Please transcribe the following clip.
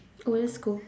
go let's go